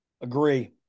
Agree